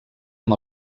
amb